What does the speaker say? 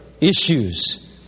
issues